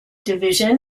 division